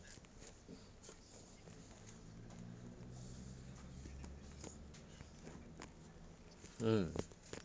mm